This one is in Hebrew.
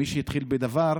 שהתחיל בדבר,